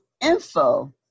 info